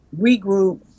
regroup